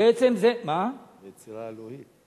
ביצירה האלוהית.